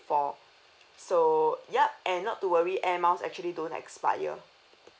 for so yup and not to worry airmiles actually don't expire